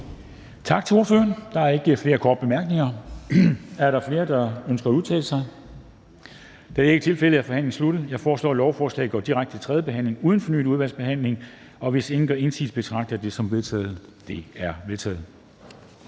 Tak til ordføreren. Der er ikke flere korte bemærkninger. Er der flere, der ønsker at udtale sig? Da det ikke er tilfældet, er forhandlingen sluttet. Jeg foreslår, at lovforslaget går direkte til tredje behandling uden fornyet udvalgsbehandling. Og hvis ingen gør indsigelse, betragter jeg det som vedtaget. Det er vedtaget.